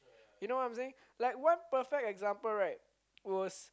you know what I'm saying like one perfect example was